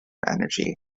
energy